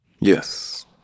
Yes